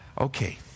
Okay